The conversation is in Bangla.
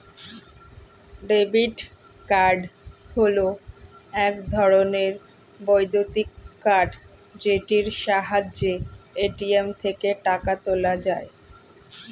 ডেবিট্ কার্ড হল এক ধরণের বৈদ্যুতিক কার্ড যেটির সাহায্যে এ.টি.এম থেকে টাকা তোলা যায়